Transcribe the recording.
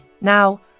Now